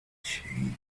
change